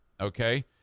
Okay